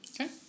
Okay